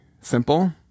simple